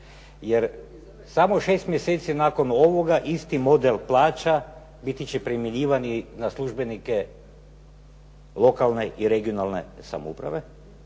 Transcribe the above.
jer samo 6 mjeseci nakon ovoga isti model plaća biti će primjenjivani na službenike lokalne i regionalne samouprave